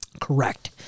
Correct